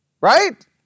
Right